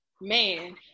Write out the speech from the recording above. man